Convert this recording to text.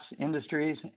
industries